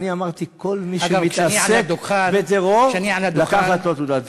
אמרתי: כל מי שמתעסק בטרור, לקחת לו תעודת זהות.